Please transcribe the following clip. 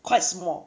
quite small